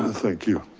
um thank you.